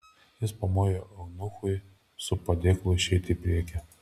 jis pamojo eunuchui su padėklu išeiti į priekį